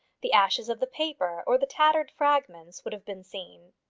the ashes of the paper or the tattered fragments would have been seen.